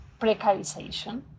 precarization